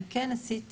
אני כן עשיתי,